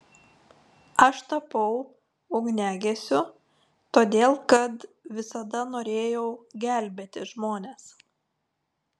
aš tapau ugniagesiu todėl kad visada norėjau gelbėti žmones